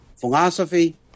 philosophy